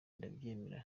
ndabyemera